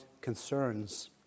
concerns